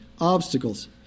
obstacles